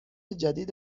جدید